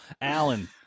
Alan